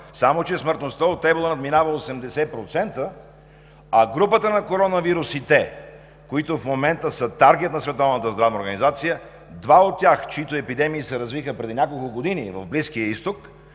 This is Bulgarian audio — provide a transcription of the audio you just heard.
само че смъртността от ебола надминава 80%? А групата на коронавирусите, които в момента са таргет на Световната здравна организация, два от тях, чиито епидемии се развиха преди няколко години в Близкия изток,